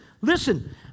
listen